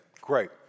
Great